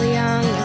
young